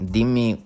Dimmi